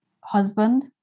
husband